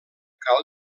cal